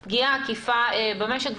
במשק.